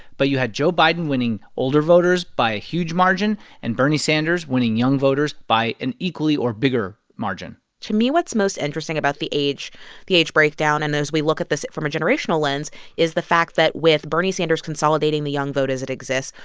but you had joe biden winning older voters by a huge margin and bernie sanders winning young voters by an equally or bigger margin to me, what's most interesting about the age the age breakdown and as we look at this from a generational lens is the fact that with bernie sanders consolidating the young vote as it exists,